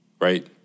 Right